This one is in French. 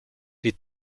les